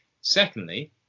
secondly